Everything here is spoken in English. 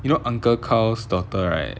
you know uncle karl's daughter right